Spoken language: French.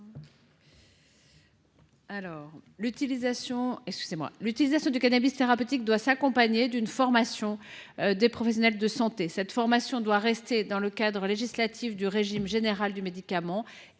L’utilisation du cannabis thérapeutique doit être accompagnée d’une formation des professionnels de santé. Cette formation doit rester encadrée par le cadre législatif du régime général des médicaments et